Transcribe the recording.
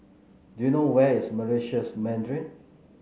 do you know where is Meritus Mandarin